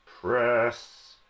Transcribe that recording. press